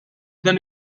dan